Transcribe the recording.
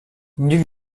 nulle